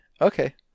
okay